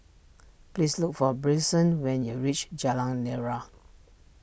please look for Bryson when you reach Jalan Nira